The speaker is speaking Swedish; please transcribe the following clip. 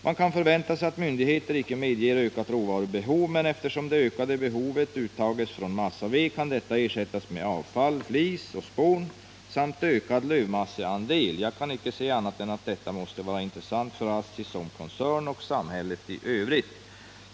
Man kan förvänta sig att myndigheter icke medger ökat råvarubehov, men eftersom det ökade behovet uttages från massaved kan detta ersättas med avfall samt ökad lövmasseandel. Jag kan icke se annat än att detta måste vara intressant för ASSI som koncern och samhället i övrigt.